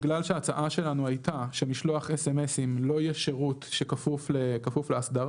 בגלל שההצעה שלנו הייתה שמשלוח סמסים לא יהיה שירות שכפוף לאסדרה,